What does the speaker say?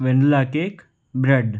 vanilla cake bread